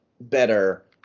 better